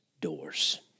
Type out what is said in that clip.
doors